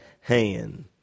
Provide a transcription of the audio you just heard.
hand